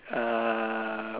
uh